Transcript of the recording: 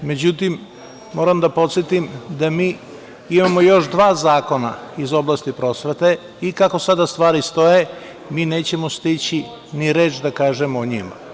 Međutim, moram da podsetim da mi imamo još dva zakona iz oblasti prosvete i kako sada stvari stoje, mi nećemo stići ni reč da kažemo o njima.